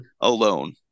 alone